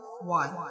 one